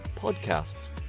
podcasts